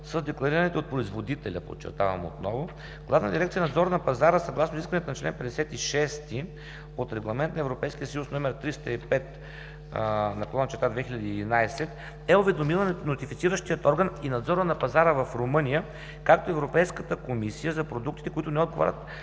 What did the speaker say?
с декларираните от производителя, подчертавам отново, Главна дирекция „Надзор на пазара“ съгласно изискванията на чл. 56 от Регламент на ЕС № 305/2011 е уведомила нотифициращия орган и надзора на пазара в Румъния, както и Европейската комисия за продуктите, които не отговарят